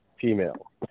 female